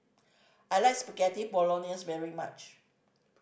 I like Spaghetti Bolognese very much